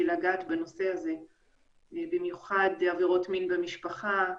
לגעת בנושא הזה במיוחד עבירות מין במשפחה,